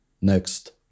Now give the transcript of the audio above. next